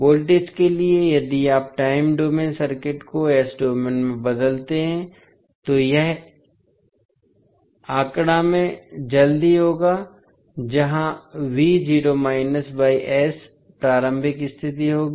voltage के लिए यदि आप टाइम डोमेन सर्किट को डोमेन में बदलते हैं तो यह आंकड़ा में जल्द ही होगा जहां प्रारंभिक स्थिति होगी